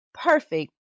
perfect